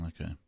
Okay